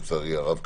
לצערי הרב,